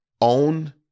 Own